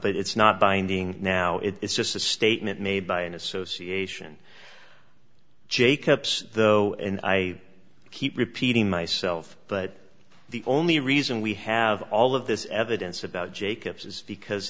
it's not binding now it's just a statement made by an association jake ups though and i keep repeating myself but the only reason we have all of this evidence about jacobs is because